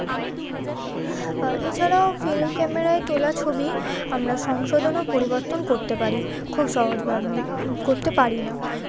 এছাড়াও ফিল্ম ক্যামেরায় তোলা ছবি আমরা সংশোধন ও পরিবর্তন করতে পারি খুব সহজভাবে করতে পারি না